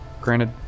Granted